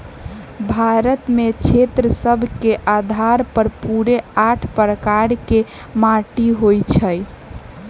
भारत में क्षेत्र सभ के अधार पर पूरे आठ प्रकार के माटि होइ छइ